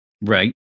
Right